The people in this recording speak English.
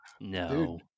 No